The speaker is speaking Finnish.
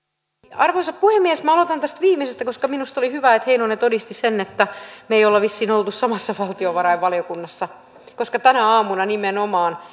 arvoisa puhemies minä aloitan tästä viimeisestä koska minusta oli hyvä että heinonen todisti sen että me emme ole vissiin olleet samassa valtiovarainvaliokunnassa koska tänä aamuna nimenomaan